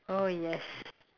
oh yes